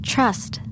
Trust